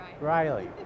Riley